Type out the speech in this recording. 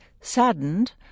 saddened